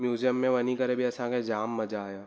museum में वञी करे बि असांखे जाम मज़ा आया